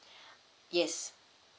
yes